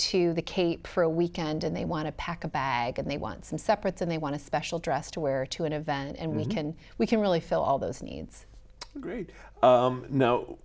to the cape for a weekend and they want to pack a bag and they want some separates and they want to special dress to wear to an event and we can we can really fill all those needs